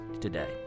today